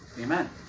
Amen